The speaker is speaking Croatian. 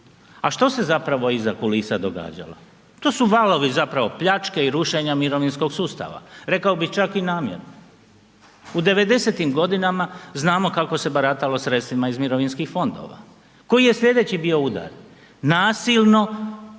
a što se zapravo iza kulisa događalo? To su valovi zapravo pljačke i rušenja mirovinskog sustava, rekao bi čak i namjerno. U 90-tim godinama znamo kako se baratalo sredstvima iz mirovinskih fondova, koji je slijedeći bio udar? Nasilno